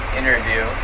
interview